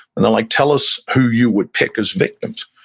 and they're like, tell us who you would pick as victims.